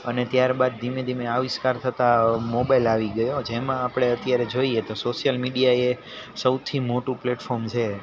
અને ત્યારબાદ ધીમે ધીમે આવિષ્કાર થતાં મોબાઈલ આવી ગયો જેમાં આપણે અત્યારે જોઈએ તો સોશિયલ મીડિયાએ સૌથી મોટું પ્લેટફોર્મ છે